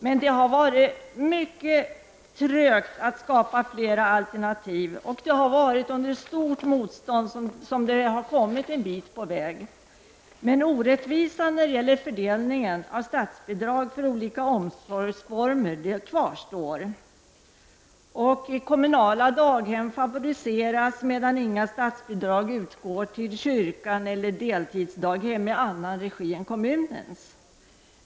Men det har varit oerhört trögt att skapa fler alternativ, och det har varit under stort motstånd som detta har kommit en bit på väg. Orättvisan när det gäller fördelningen av statsbidrag för olika omsorgsformer kvarstår. Kommunala daghem favoriseras, medan inga statsbidrag utgår till kyrkan eller deltidsdaghem i annan regi än kommunens.